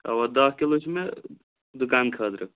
اَوہ دَہ کِلوٗ چھِ مےٚ دُکان خٲطرٕ